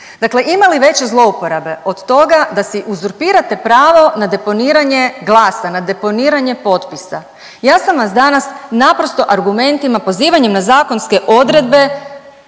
Dakle ima li veće zlouporabe od toga da si uzurpirate pravo na deponiranje glasa, na deponiranje potpisa? Ja sam vas danas naprosto argumentima, pozivanjem na zakonske odredbe